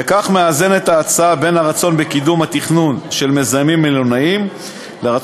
וכך מאזנת ההצעה בין הרצון בקידום התכנון של מיזמים מלונאיים לבין